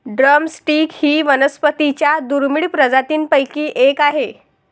drum stick ही वनस्पतीं च्या दुर्मिळ प्रजातींपैकी एक आहे